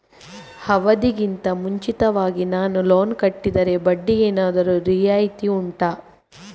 ಅವಧಿ ಗಿಂತ ಮುಂಚಿತವಾಗಿ ನಾನು ಲೋನ್ ಕಟ್ಟಿದರೆ ಬಡ್ಡಿ ಏನಾದರೂ ರಿಯಾಯಿತಿ ಉಂಟಾ